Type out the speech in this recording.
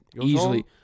easily